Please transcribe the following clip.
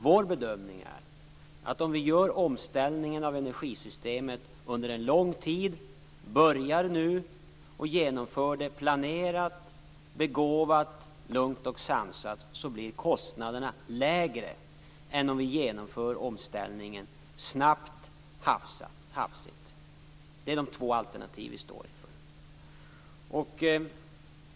Vår bedömning är att om vi gör omställningen av energisystemet under en lång tid, om vi börjar nu och genomför den planerat, begåvat, lugnt och sansat så blir kostnaderna lägre än om vi genomför omställningen snabbt och hafsigt. Det är de två alternativ som vi står inför.